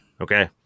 Okay